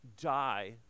die